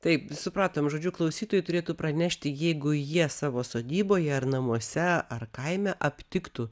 taip supratom žodžiu klausytojai turėtų pranešti jeigu jie savo sodyboje ar namuose ar kaime aptiktų